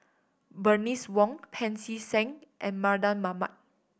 Bernice Wong Pancy Seng and Mardan Mamat